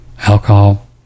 alcohol